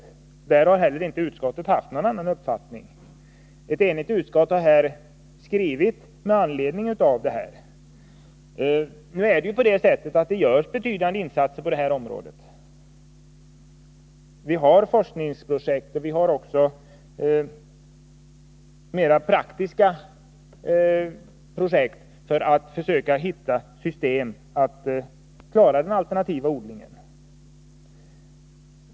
I det avseendet har inte heller utskottet haft någon annan uppfattning. Det är ett enigt utskott som står bakom skrivningen på den punkten. Nu görs det betydande insatser på detta område. Man bedriver forskningsprojekt och även mera praktiska projekt för att försöka hitta system för att klara den alternativa odlingen.